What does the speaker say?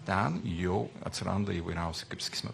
ten jau atsiranda įvairiausi kaip sakysime